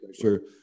sure